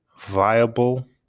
viable